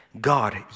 God